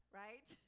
right